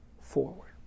forward